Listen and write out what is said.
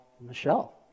Michelle